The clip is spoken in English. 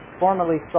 formerly